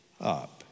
up